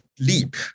leap